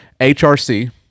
HRC